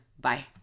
Bye